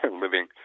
living